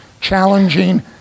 challenging